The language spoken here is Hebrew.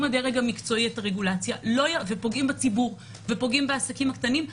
הדרג המקצועי את הרגולציה ופוגעים בציבור ובעסקים הקטנים.